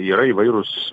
yra įvairūs